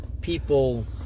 people